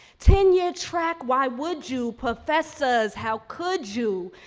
ten-year track, why would you professors, how could you?